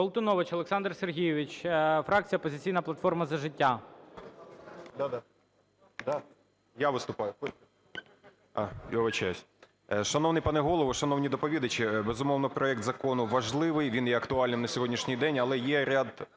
Колтунович Олександр Сергійович, фракція "Опозиційна платформа – За життя"